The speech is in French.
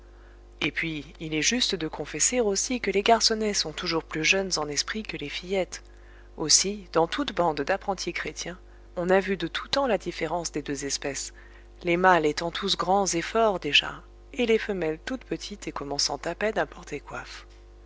et puis il est juste de confesser aussi que les garçonnets sont toujours plus jeunes en esprit que les fillettes aussi dans toute bande d'apprentis chrétiens on a vu de tout temps la différence des deux espèces les mâles étant tous grands et forts déjà et les femelles toutes petites et commençant à peine à porter coiffe